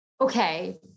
okay